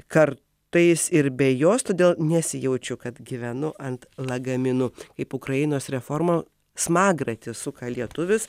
kartais ir be jos todėl nesijaučiu kad gyvenu ant lagaminų kaip ukrainos reformų smagratis suka lietuvis